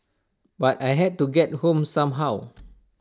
but I had to get home somehow